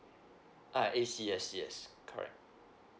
uh is yes yes correct